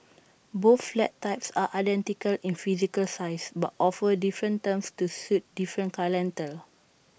both flat types are identical in physical size but offer different terms to suit different clientele